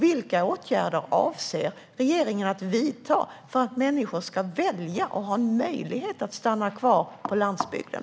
Vilka åtgärder avser regeringen att vidta för att människor ska välja - och ha en möjlighet - att stanna kvar på landsbygden?